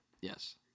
Yes